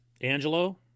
Angelo